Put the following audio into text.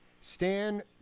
Stan